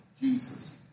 Jesus